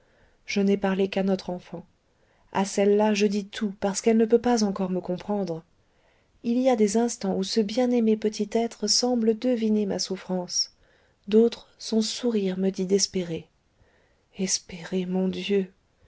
je n'ai parlé qu'à notre enfant a celle-là je dis tout parce qu'elle ne peut pas encore me comprendre il y a des instants où ce bien-aimé petit être semble deviner ma souffrance d'autres son sourire me dit d'espérer espérer mon dieu